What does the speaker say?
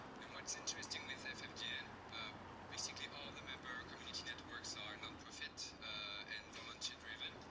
and what's interesting with ffdn, um basically all the member community networks are nonprofit and volunteer driven.